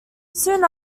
soon